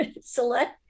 select